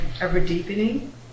ever-deepening